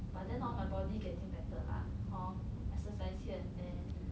but then hor my body getting better lah hor exercise here and there